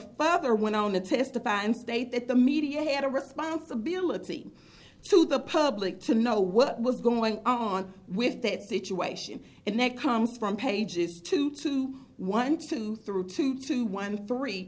father went on to testify and state that the media had a responsibility to the public to know what was going on with that situation and that comes from pages two two one two three two two one three